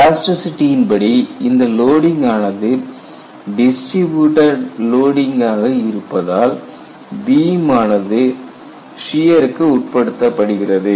எலாஸ்டிசிட்டியின் படி இந்த லோடிங் ஆனது டிஸ்ட்ரிபியூட்டட் லோடிங்காக இருப்பதால் பீம் ஆனது சியர்க்கு உட்படுத்தப்படுகிறது